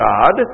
God